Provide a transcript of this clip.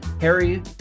Harry